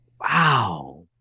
wow